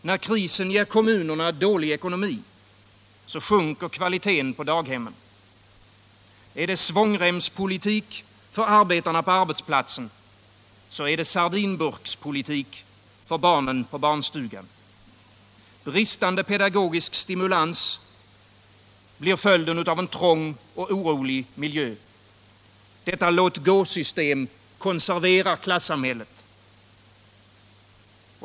När krisen ger kommunerna dålig ekonomi, sjunker kvaliteten på daghemmen. Är det svångremspolitik för arbetarna på arbetsplatsen, så är det sardinburkspolitik för barnen på barnstugan. Bristande pedagogisk stimulans blir följden i en trång och orolig miljö. Detta låtgåsystem konserverar klassamhället.